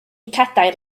cadair